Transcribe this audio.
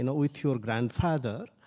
and with your grandfather.